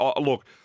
Look